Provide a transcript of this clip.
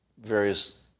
various